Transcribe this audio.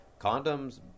Condoms